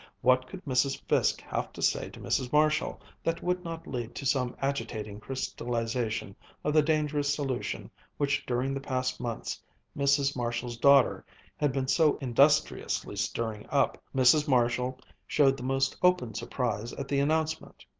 what could mrs. fiske have to say to mrs. marshall that would not lead to some agitating crystallization of the dangerous solution which during the past months mrs. marshall's daughter had been so industriously stirring up? mrs. marshall showed the most open surprise at the announcement,